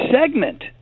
segment